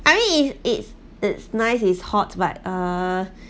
I mean it's it's it's nice it's hot but uh